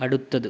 അടുത്തത്